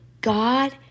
God